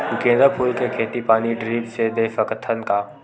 गेंदा फूल के खेती पानी ड्रिप से दे सकथ का?